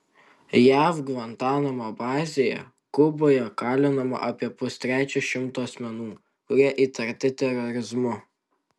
jav gvantanamo bazėje kuboje kalinama apie pustrečio šimto asmenų kurie įtarti terorizmu